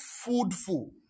foodful